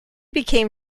became